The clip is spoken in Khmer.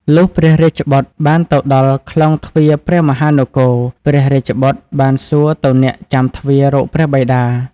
លុះព្រះរាជបុត្របានទៅដល់ក្លោងទ្វារព្រះមហានគរ ព្រះរាជបុត្របានសួរទៅអ្នកចាំទ្វាររកព្រះបិតា។